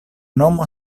nomo